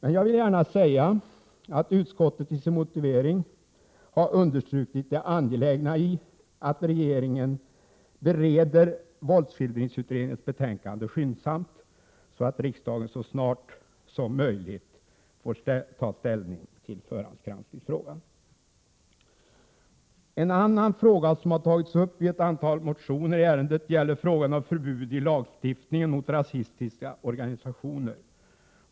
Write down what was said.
Jag vill dock gärna säga att utskottet i sin motivering har understrukit det angelägna i att regeringen bereder våldsskildringsutredningens betänkande skyndsamt, så att riksdagen så snart som möjligt får ta ställning till förhandsgranskningsfrågan. En annan fråga som har tagits upp i ett antal motioner i detta ärende är frågan om förbud i lagstiftningen mot rasistiska organisationer.